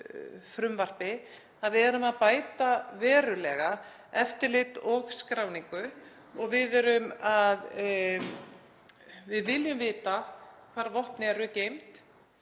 frumvarpi er að við erum að bæta verulega eftirlit og skráningu. Við viljum vita hvar vopn eru geymd